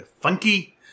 funky